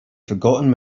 forgotten